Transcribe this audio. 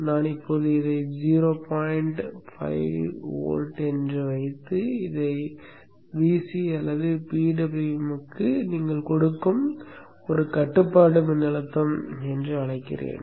நான் இப்போது இதை ஜீரோ பாயின்ட் ஃபைவ் வோல்ட் என்று வைத்து இதை Vc அல்லது PWM க்கு நீங்கள் கொடுக்கும் கட்டுப்பாட்டு மின்னழுத்தம் என்று அழைக்கிறேன்